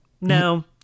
no